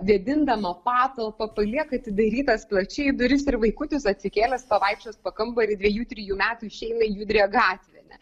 vėdindama patalpą palieka atidarytas plačiai duris ir vaikutis atsikėlęs pavaikščios po kambarį dviejų trijų metų išeina į judrią gatvę ne